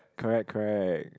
correct correct